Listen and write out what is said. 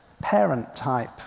parent-type